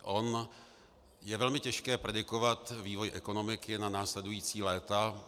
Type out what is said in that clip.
Ono je velmi těžké predikovat vývoj ekonomiky na následující léta.